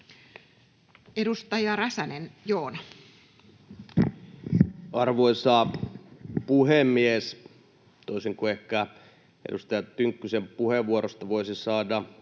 Edustaja Räsänen Joona. Arvoisa puhemies! Vaikka edustaja Tynkkysen puheenvuorosta voisi ehkä